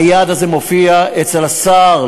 היעד הזה מופיע אצל השר,